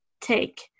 take